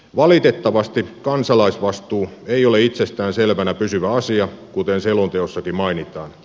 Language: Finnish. valitettavasti kansalaisvastuu ei ole itsestään selvänä pysyvä asia kuten selonteossakin mainitaan